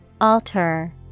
Alter